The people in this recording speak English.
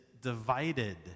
divided